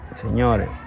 Señores